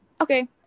Okay